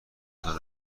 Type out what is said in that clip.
تان